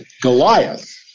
Goliath